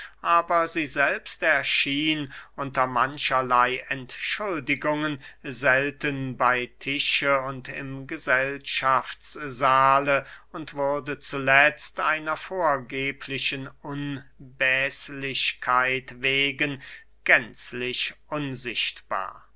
aber sie selbst erschien unter mancherley entschuldigungen selten bey tische und im gesellschaftssahle und wurde zuletzt einer vorgeblichen unpäßlichkeit wegen gänzlich unsichtbar